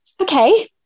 okay